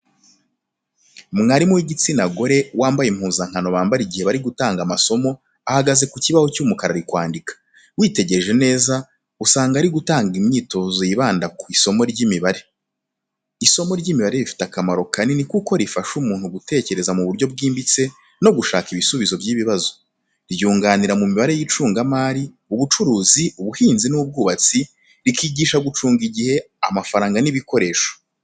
Mwarimu w'igitsina gore wambaye impuzankano bambara igihe bari gutanga amasomo ahagaze ku kibaho cy'umukara ari kwandika. Witegereje neza, usanga ari gutanga imyitozo yibanda ku isomo ry'imibare. Isomo ry’imibare rifite akamaro kanini kuko rifasha umuntu gutekereza mu buryo bwimbitse no gushaka ibisubizo by’ibibazo. Ryunganira mu mibare y’icungamari, ubucuruzi, ubuhinzi n’ubwubatsi, rikigisha gucunga igihe, amafaranga n’ibikoresho.